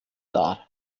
dar